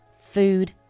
food